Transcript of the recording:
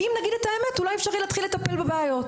אם נגיד את האמת אולי אפשר יהיה לטפל בבעיות.